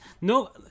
No